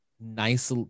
nice